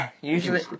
usually